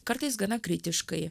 kartais gana kritiškai